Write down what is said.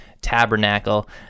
Tabernacle